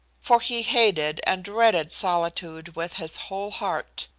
for he hated and dreaded solitude with his whole heart.